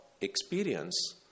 experience